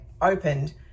opened